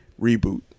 reboot